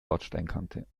bordsteinkante